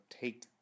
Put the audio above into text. take